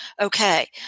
Okay